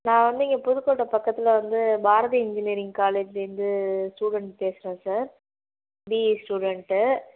நான் வந்து இங்கே புதுக்கோட்டை பக்கத்தில் வந்து பாரதி இன்ஜினீயரிங் காலேஜ்லேந்து ஸ்டூடண்ட் பேசுகிறேன் சார் பிஇ ஸ்டூடண்ட்டு